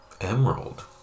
Emerald